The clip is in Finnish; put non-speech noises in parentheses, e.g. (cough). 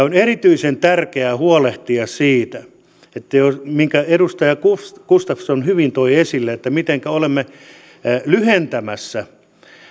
(unintelligible) on erityisen tärkeää huolehtia siitä minkä edustaja gustafsson hyvin toi esille mitenkä olemme lyhentämässä